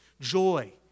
joy